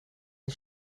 een